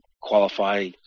qualify